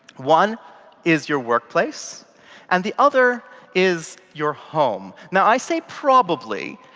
one is your workplace and the other is your home. now, i say probably,